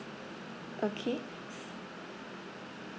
okay